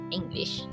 English